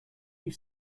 you